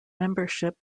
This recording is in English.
membership